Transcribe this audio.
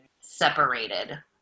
separated